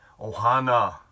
ohana